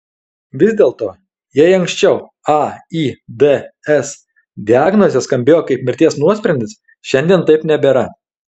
vis dėlto jei anksčiau aids diagnozė skambėjo kaip mirties nuosprendis šiandien taip nebėra